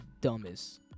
dumbest